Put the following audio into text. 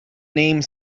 name